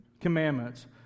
commandments—